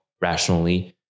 rationally